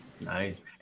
Nice